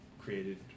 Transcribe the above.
created